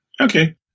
Okay